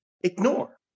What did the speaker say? ignore